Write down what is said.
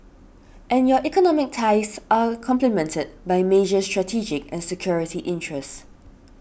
and your economic ties are complemented by major strategic and security interests